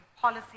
Policy